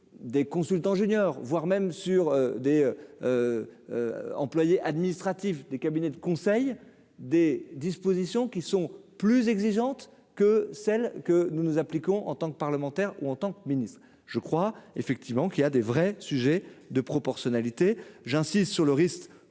des consultants juniors, voire même sur des employés, des cabinets de conseil des dispositions qui sont plus exigeantes que celle que nous nous appliquons en tant que parlementaire, ou en tant que ministre, je crois effectivement qu'il y a des vrais sujets de proportionnalité, j'insiste sur le risque